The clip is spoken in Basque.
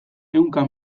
ehunka